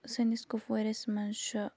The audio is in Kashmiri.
سٲنِس کُپوٲرِس منٛز چھُ